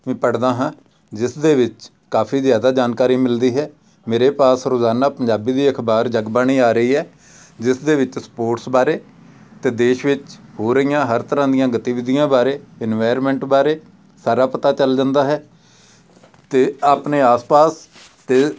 ਵੀ ਪੜ੍ਹਦਾ ਹਾਂ ਜਿਸ ਦੇ ਵਿੱਚ ਕਾਫੀ ਜ਼ਿਆਦਾ ਜਾਣਕਾਰੀ ਮਿਲਦੀ ਹੈ ਮੇਰੇ ਪਾਸ ਰੋਜ਼ਾਨਾ ਪੰਜਾਬੀ ਦੀ ਅਖ਼ਬਾਰ ਜਗਬਾਣੀ ਆ ਰਹੀ ਹੈ ਜਿਸ ਦੇ ਵਿੱਚ ਸਪੋਰਟਸ ਬਾਰੇ ਅਤੇ ਦੇਸ਼ ਵਿੱਚ ਹੋ ਰਹੀਆਂ ਹਰ ਤਰ੍ਹਾਂ ਦੀਆਂ ਗਤੀਵਿਧੀਆਂ ਬਾਰੇ ਇਨਵਾਇਰਮੈਂਟ ਬਾਰੇ ਸਾਰਾ ਪਤਾ ਚੱਲ ਜਾਂਦਾ ਹੈ ਅਤੇ ਆਪਣੇ ਆਸ ਪਾਸ ਅਤੇ